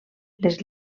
les